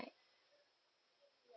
right